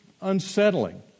unsettling